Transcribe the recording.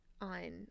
on